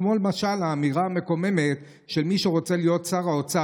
כמו למשל האמירה המקוממת של מי שרוצה להיות שר האוצר,